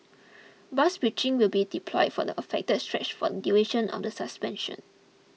bus bridging will be deployed for the affected stretch for the duration of the suspension